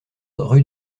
rue